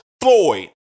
Floyd